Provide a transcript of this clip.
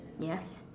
yes